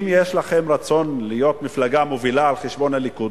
אם יש לכם רצון להיות מפלגה מובילה על חשבון הליכוד,